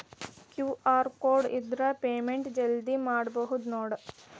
QR code ಇದ್ರ payment ಜಲ್ದಿ ಮಾಡಬಹುದು ನೋಡ್